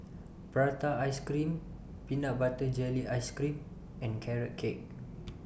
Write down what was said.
Prata Ice Cream Peanut Butter Jelly Ice Cream and Carrot Cake